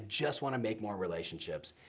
just wanna make more relationships.